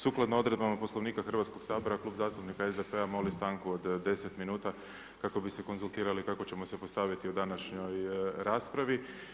Sukladno odredbama Poslovnika Hrvatskog sabora, Klub zastupnika SDP-a molim stanku od 10 min kako bi se konzultirali kako ćemo se postaviti u današnjoj raspravi.